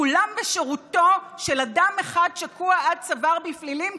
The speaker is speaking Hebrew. כולם בשירותו של אדם אחד ששקוע עד צוואר בפלילים,